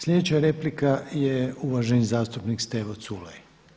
Sljedeća replika je uvaženi zastupnik Stevo Culej.